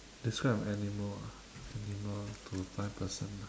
describe an animal ah animal to a blind person ah